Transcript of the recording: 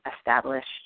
established